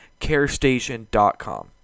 carestation.com